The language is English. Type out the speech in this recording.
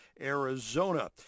Arizona